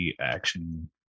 action